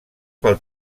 pel